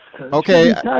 Okay